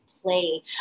play